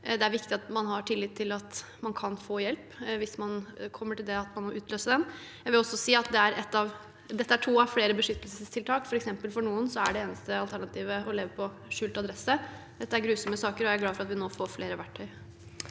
Det er viktig at man har tillit til at man kan få hjelp hvis man kommer til det at man må utløse den. Jeg vil også si at dette er to av flere beskyttelsestiltak. For noen er det eneste alternativet å leve på skjult adresse. Dette er grusomme saker, og jeg er glad for at vi nå får flere verktøy.